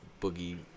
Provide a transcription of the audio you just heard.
Boogie